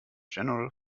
general